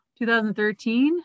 2013